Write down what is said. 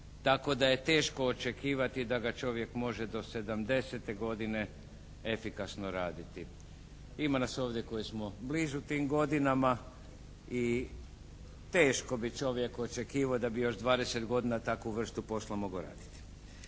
tako da je teško očekivati da ga čovjek može do 70. godine efikasno raditi. Ima nas ovdje koji smo blizu tim godinama i teško bi čovjek očekivao da bi još 20 godina takvu vrstu poslova mogao raditi.